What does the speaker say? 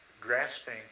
grasping